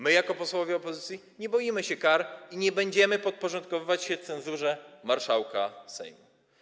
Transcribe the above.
My jako posłowie opozycji nie boimy się kar i nie będziemy podporządkowywać się cenzurze marszałka Sejmu.